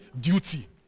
duty